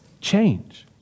change